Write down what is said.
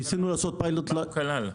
מה הוא כלל?